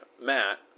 Matt